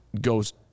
goes